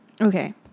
Okay